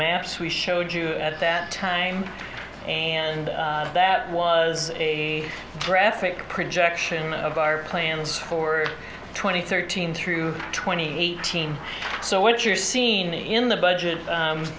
maps we showed you at that time and that was a graphic projection of our plans for twenty thirteen through twenty eighteen so what you're seen in the budget